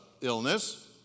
illness